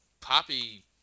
poppy